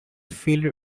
feel